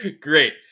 great